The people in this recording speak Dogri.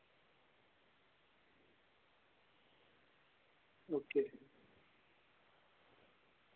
ओके